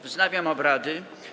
Wznawiam obrady.